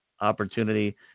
opportunity